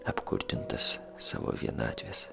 apkurtintas savo vienatvės